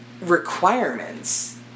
requirements